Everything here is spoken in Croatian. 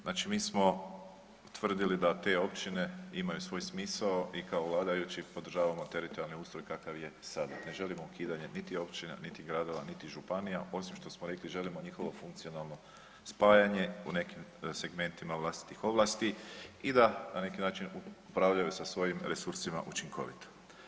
Znači mi smo utvrdili da te općine imaju svoj smisao i kao vladajući podržavamo teritorijalni ustroj takav kakav je sada, ne želimo ukidanje niti općina, niti gradova, niti županija osim što smo rekli želimo njihovo funkcionalno spajanje u nekim segmentima vlastitih ovlasti i da na neki način upravljaju sa svojim resursima učinkovito.